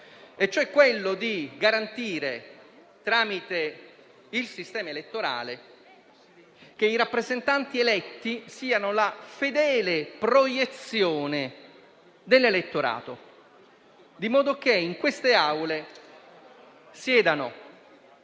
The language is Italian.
è quello di garantire, tramite il sistema elettorale, che i rappresentanti eletti siano la fedele proiezione dell'elettorato, di modo che in queste Aule siedano,